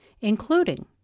including